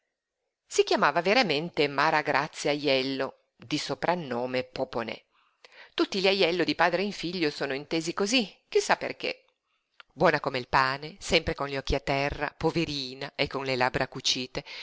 si chiamava veramente maragrazia ajello di soprannome poponè tutti gli ajello di padre in figlio sono intesi cosí chi sa perché buona come il pane sempre con gli occhi a terra poverina e con le labbra cucite